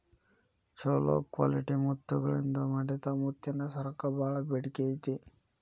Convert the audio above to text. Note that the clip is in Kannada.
ಚೊಲೋ ಕ್ವಾಲಿಟಿ ಮುತ್ತಗಳಿಂದ ಮಾಡಿದ ಮುತ್ತಿನ ಸರಕ್ಕ ಬಾಳ ಬೇಡಿಕೆ ಐತಿ